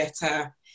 better